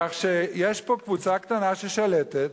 כך שיש פה קבוצה קטנה ששלטת,